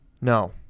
No